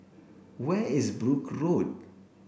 where is Brooke Road